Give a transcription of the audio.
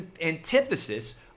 antithesis